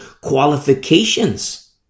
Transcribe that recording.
qualifications